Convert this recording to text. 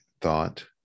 thought